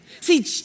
See